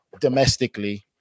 domestically